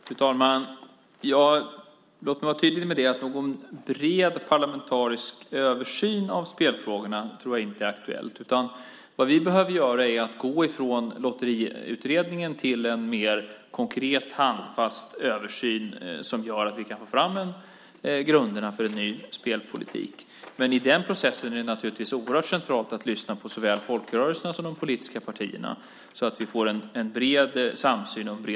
Fru talman! Jag ska vara tydlig med att säga att jag inte tror att det är aktuellt med någon bred parlamentarisk översyn av spelfrågorna. Vad vi behöver göra är att gå från Lotteriutredningen till en mer konkret och handfast översyn som gör att vi kan få fram grunderna för en ny spelpolitik. Men i den processen är det naturligtvis oerhört centralt att lyssna på såväl folkrörelserna som de politiska partierna, så att vi får en bred samsyn.